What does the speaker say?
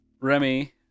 Remy